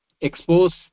expose